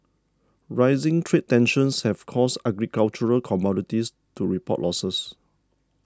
rising trade tensions have caused agricultural commodities to report losses